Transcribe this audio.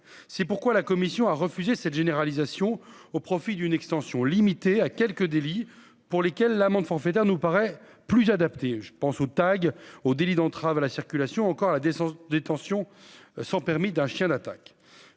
c'est pourquoi la commission a refusé cette généralisation au profit d'une extension limitée à quelques délits pour lesquels l'amende forfaitaire nous paraît plus adaptée, je pense aux tags au délit d'entrave à la circulation encore la décence des tensions sans permis d'un chien d'attaque,